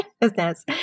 business